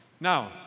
Now